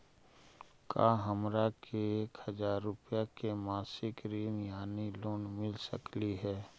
का हमरा के एक हजार रुपया के मासिक ऋण यानी लोन मिल सकली हे?